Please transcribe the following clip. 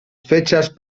fechas